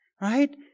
Right